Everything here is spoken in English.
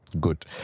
Good